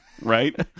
Right